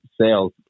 sales